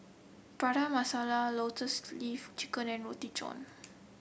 Prata Masala Lotus Leaf Chicken and Roti John